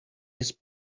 his